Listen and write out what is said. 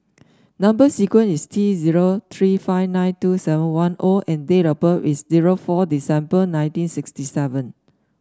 number sequence is T zero three five nine two seven one O and date of birth is zero four December nineteen sixty seven